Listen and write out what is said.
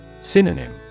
Synonym